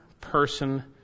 person